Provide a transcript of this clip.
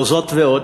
זאת ועוד,